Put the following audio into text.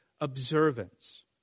observance